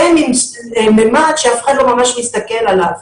זה ממד שאף אחד לא ממש מסתכל עליו,